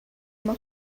uma